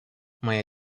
моя